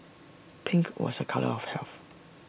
pink was A colour of health